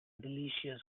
delicious